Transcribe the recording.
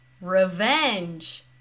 revenge